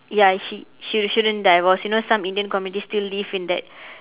ya she she shouldn't divorce you know some indian community still live in that